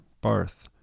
Barth